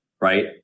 right